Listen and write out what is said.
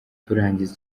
turangiza